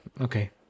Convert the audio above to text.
okay